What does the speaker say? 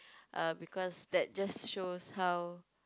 uh because that just shows how